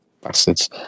bastards